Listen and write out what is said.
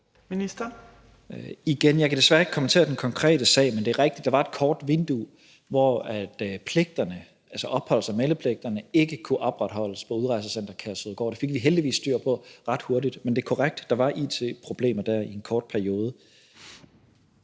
sige, at jeg desværre ikke kan kommentere den konkrete sag, men det er rigtigt, at der var et kort vindue, hvor pligterne, altså opholds- og meldepligterne, ikke kunne opretholdes på udrejsecenter Kærshovedgård. Det fik vi heldigvis styr på ret hurtigt, men det er korrekt, at der var it-problemer dér i en kort periode.